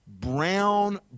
brown